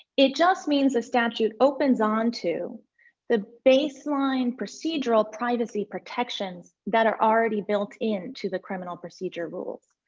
it just means a statute opens onto the baseline procedural privacy protections that are already built in to the criminal procedure rules.